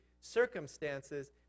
circumstances